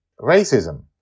Racism